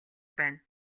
байна